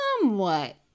somewhat